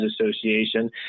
Association